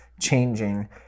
changing